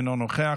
אינו נוכח,